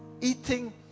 eating